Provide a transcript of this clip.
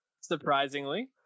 surprisingly